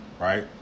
right